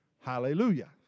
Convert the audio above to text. Hallelujah